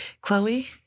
Chloe